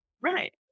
right